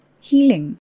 healing